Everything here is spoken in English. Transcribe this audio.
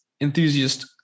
enthusiast